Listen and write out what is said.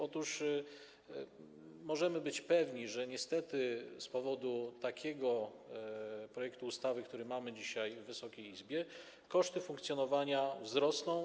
Otóż możemy być pewni, że niestety z powodu takiego projektu ustawy, który mamy dzisiaj w Wysokiej Izbie, koszty funkcjonowania wzrosną.